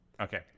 Okay